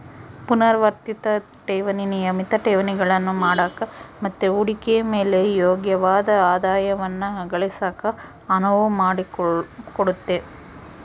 ಪುನರಾವರ್ತಿತ ಠೇವಣಿ ನಿಯಮಿತ ಠೇವಣಿಗಳನ್ನು ಮಾಡಕ ಮತ್ತೆ ಹೂಡಿಕೆಯ ಮೇಲೆ ಯೋಗ್ಯವಾದ ಆದಾಯವನ್ನ ಗಳಿಸಕ ಅನುವು ಮಾಡಿಕೊಡುತ್ತೆ